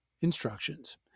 instructions